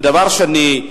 דבר שני,